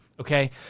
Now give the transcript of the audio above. okay